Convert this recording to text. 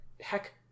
heck